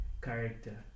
character